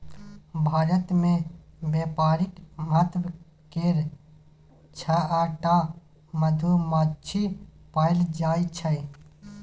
भारत मे बेपारिक महत्व केर छअ टा मधुमाछी पएल जाइ छै